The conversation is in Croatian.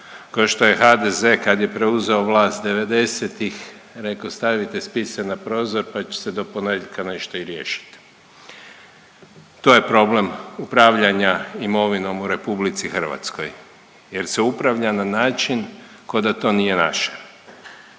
ko što je HDZ kad je preuzeo vlast devedesetih reko stavite spise na prozor pa će se do ponedjeljka nešto i riješiti. To je problem upravljanja imovinom u RH jer se upravlja na način ko da to nije naše.